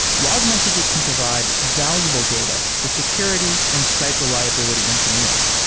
log messages can provide valuable data for security and site reliability engineering,